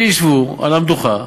שישבו על המדוכה